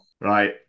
Right